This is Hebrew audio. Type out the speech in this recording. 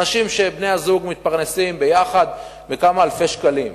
אנשים, בני-הזוג מתפרנסים ביחד מכמה אלפי שקלים,